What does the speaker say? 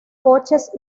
coches